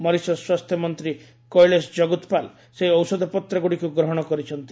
Mauritius ସ୍ୱାସ୍ଥ୍ୟ ମନ୍ତ୍ରୀ କୈଳେସ ଜଗୁତପାଲ୍ ସେହି ଔଷଧପତ୍ରଗୁଡ଼ିକୁ ଗ୍ରହଣ କରିଛନ୍ତି